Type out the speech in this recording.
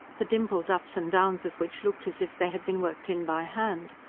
the dimpled ups and downs of which looked as if they had been worked in by hand.